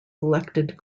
elected